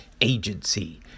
Agency